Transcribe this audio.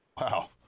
Wow